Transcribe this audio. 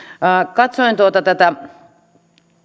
katsoin tätä